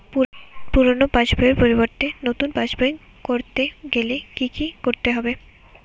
পুরানো পাশবইয়ের পরিবর্তে নতুন পাশবই ক রতে গেলে কি কি করতে হবে?